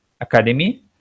Academy